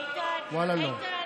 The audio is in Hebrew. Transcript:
ואללה לא.